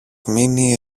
μείνει